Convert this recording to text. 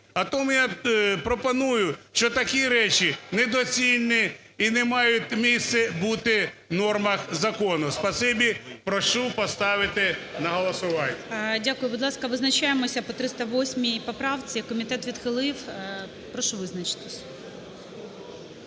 А тому я пропоную, що такі речі недоцільні і не мають місце бути в нормах закону. Спасибі. Прошу поставити на голосування. ГОЛОВУЮЧИЙ. Дякую. Будь ласка, визначаємося по 308 поправці, комітет відхилив. Прошу визначитись.